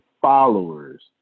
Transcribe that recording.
followers